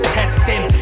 testing